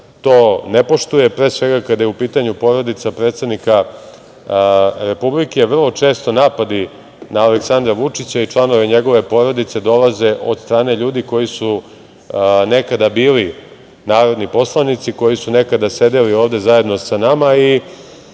to ne poštuje, pre svega kada je u pitanju porodica predsednika Republike. Vrlo često napadi na Aleksandra Vučića i članove njegove porodice dolaze od strane ljudi koji su nekada bili narodni poslanici, koji su nekada sedeli ovde zajedno sa nama. Jedan